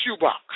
shoebox